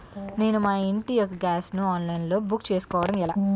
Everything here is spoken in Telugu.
నేను మా ఇంటి యెక్క గ్యాస్ ను ఆన్లైన్ లో బుక్ చేసుకోవడం ఎలా?